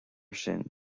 sin